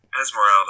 Esmeralda